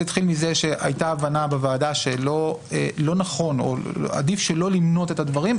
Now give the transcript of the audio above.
זה התחיל מזה שהייתה בוועדה הבנה שלא נכון או עדיף לא למנות את הדברים,